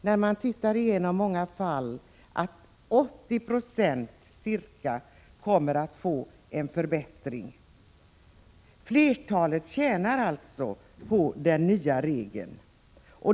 När man då går igenom många fall finner man att ca 80 90 kommer att få en förbättring. Flertalet tjänar alltså på den nya regeln.